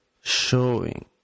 showing